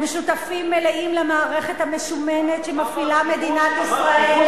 הם שותפים מלאים למערכת המשומנת שמפעילה מדינת ישראל,